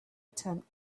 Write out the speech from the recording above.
attempt